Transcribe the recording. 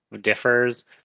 differs